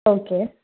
okay